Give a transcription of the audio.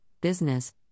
business